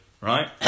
Right